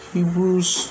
Hebrews